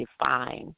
defined